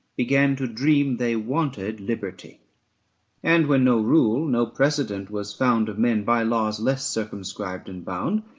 began to dream they wanted liberty and when no rule, no precedent was found of men by laws less circumscribed and bound,